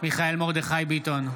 מיכאל מרדכי ביטון,